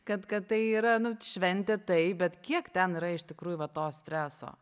kad kad tai yra nu šventė taip bet kiek ten yra iš tikrųjų va to streso